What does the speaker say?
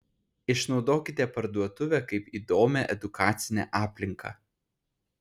išnaudokite parduotuvę kaip įdomią edukacinę aplinką